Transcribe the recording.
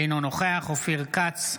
אינו נוכח אופיר כץ,